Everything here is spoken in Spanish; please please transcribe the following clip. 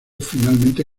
finalmente